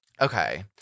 Okay